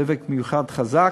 דבק מיוחד חזק,